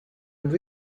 and